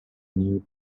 new